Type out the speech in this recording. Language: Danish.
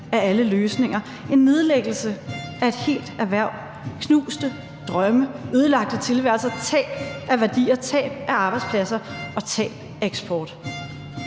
af alle løsninger, en nedlæggelse af et helt erhverv, knuste drømme, ødelagte tilværelser, tab af værdier, tab af arbejdspladser og tab af eksport?